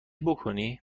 بکنی